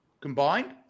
combined